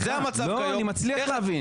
אני מצליח להבין.